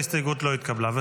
ההסתייגות לא התקבלה.